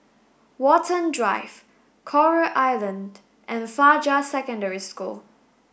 Watten Drive Coral Island and Fajar Secondary School